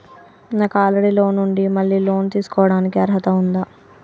నాకు already loan ఉండి మళ్ళీ లోన్ తీసుకోవడానికి అర్హత ఉందా?